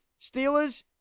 Steelers